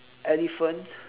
elephant